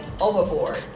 overboard